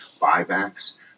buybacks